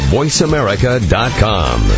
VoiceAmerica.com